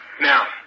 Now